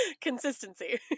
Consistency